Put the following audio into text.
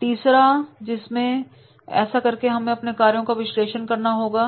तीसरा है जिसमें ऐसा करके हमें अपने कार्यों का विश्लेषण करना होगा